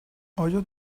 آیا